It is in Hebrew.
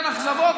אין אכזבות,